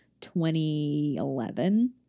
2011